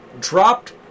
dropped